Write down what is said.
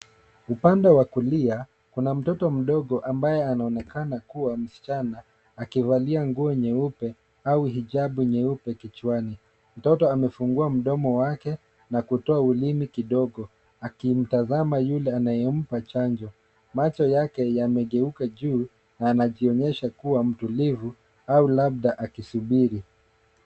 Upande wa kulia kuna mtoto mdogo ambaye anaonekana kuwa msichana akivalia nguo nyeupe au hijabu nyeupe kichwani. Mtoto amefungua mdomo wake na kutoa ulimi kidogo akimtazama yule anayempa chanjo. Macho yake yamegeuka juu na anajionyesha kuwa mtulivu au labda akisubiri.